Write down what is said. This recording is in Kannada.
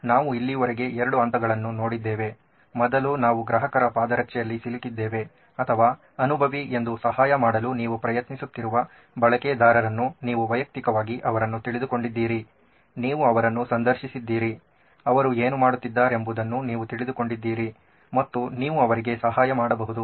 ನಾವು ಇಲ್ಲಿಯವರೆಗೆ ಎರಡು ಹಂತಗಳನ್ನು ನೋಡಿದ್ದೇವೆ ಮೊದಲು ನಾವು ಗ್ರಾಹಕರ ಪಾದರಕ್ಷೆಗಳಲ್ಲಿ ಸಿಲುಕಿದ್ದೇವೆ ಅಥವಾ ಅನುಭವಿ ಎಂದು ಸಹಾಯ ಮಾಡಲು ನೀವು ಪ್ರಯತ್ನಿಸುತ್ತಿರುವ ಬಳಕೆದಾರರನ್ನು ನೀವು ವೈಯಕ್ತಿಕವಾಗಿ ಅವರನ್ನು ತಿಳಿದುಕೊಂಡಿದ್ದೀರಿ ನೀವು ಅವರನ್ನು ಸಂದರ್ಶಿಸಿದ್ದಿರಿ ಅವರು ಏನು ಮಾಡುತ್ತಿದ್ದಾರೆಂಬುದನ್ನು ನೀವು ತಿಳಿದುಕೊಂಡಿದ್ದೀರಿ ಮತ್ತು ನೀವು ಅವರಿಗೆ ಸಹಾಯ ಮಾಡಬಹುದು